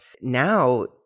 now